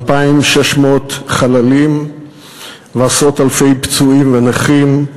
2,600 חללים ועשרות אלפי פצועים ונכים.